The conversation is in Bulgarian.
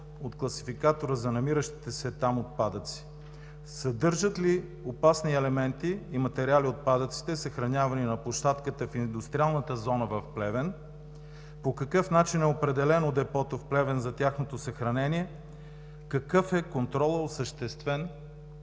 Съдържат ли опасни елементи и материали отпадъците, съхранявани на площадката в индустриалната зона в Плевен? По какъв начин е определено депото в Плевен за тяхното съхранение? Какъв е контролът, осъществен